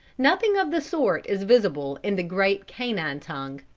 nothing of the sort is visible in the great canine tongue.